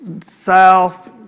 South